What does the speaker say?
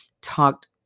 talked